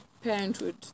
parenthood